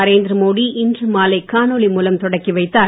நரேந்திர மோடி இன்று மாலை காணொலி மூலம் தொடங்கி வைத்தார்